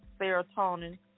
serotonin